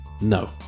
No